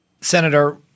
Senator